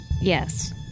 Yes